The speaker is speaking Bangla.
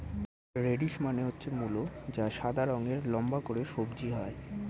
রেডিশ মানে হচ্ছে মূলো যা সাদা রঙের লম্বা করে সবজি হয়